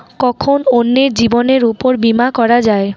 কখন অন্যের জীবনের উপর বীমা করা যায়?